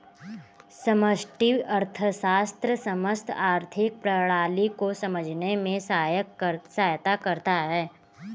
समष्टि अर्थशास्त्र समस्त आर्थिक प्रणाली को समझने में सहायता करता है